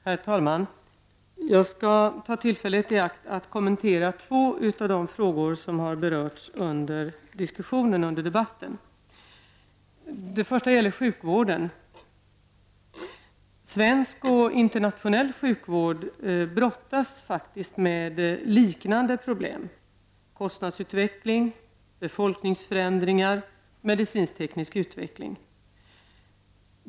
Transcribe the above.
Herr talman! Jag skall ta tillfället i akt att kommentera två av de frågor som har berörts i debatten. Den första gäller sjukvården. Svensk och internationell sjukvård brottas faktiskt med samma problem: kostnadsutvecklingen, befolkningsförändringar och medicinsk-teknisk utveckling.